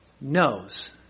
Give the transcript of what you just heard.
knows